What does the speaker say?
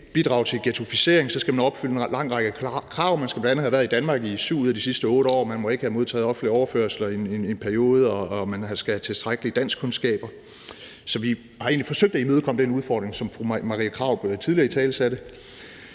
bidrager til en ghettoisering, skal man opfylde en lang række krav. Man skal bl.a. have været i Danmark i 7 ud af de sidste 8 år, man må ikke have modtaget offentlige overførsler i en periode, og man skal have tilstrækkelige danskkundskaber. Så vi har egentlig forsøgt at imødekomme den udfordring, som fru Marie Krarup tidligere italesatte.